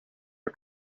are